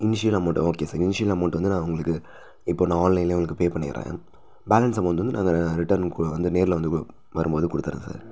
initial amount okay sir initial amount வந்து நான் உங்களுக்கு இப்போ நான் ஆன்லைன்லே உங்களுக்கு பே பண்ணிடுறேன் பேலன்ஸ் அமௌண்ட் வந்து நாங்கள் ரிட்டன் கு வந்து நேரில் வந்து கொடுத் வரும் போது கொடுத்துட்றேன் சார்